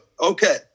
okay